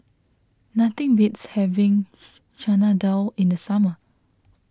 nothing beats having Chana Dal in the summer